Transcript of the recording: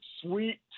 Sweet